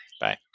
Bye